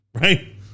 Right